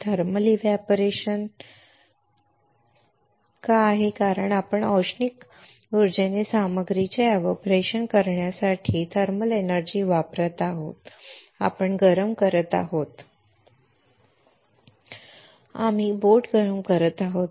thermal evaporation का आहे कारण आपण औष्णिक उर्जेने सामग्रीचे एव्हपोरेशन करण्यासाठी थर्मल एनर्जी वापरत आहोत कारण आपण गरम करत आहोत आम्ही बोट गरम करत आहोत